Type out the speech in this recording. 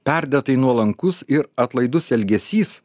perdėtai nuolankus ir atlaidus elgesys